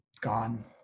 gone